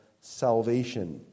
salvation